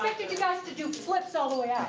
guys to do flips all the way out.